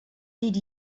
did